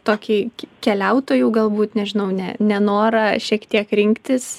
tokį keliautojų galbūt nežinau ne nenorą šiek tiek rinktis